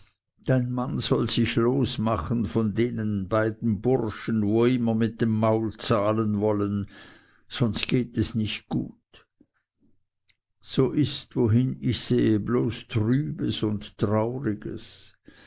dein mann soll sich losmachen von denen beiden burschen wo immer mit dem maul zahlen wollen sonst geht es nicht gut so ist wohin ich sehe bloß trübes und trauriges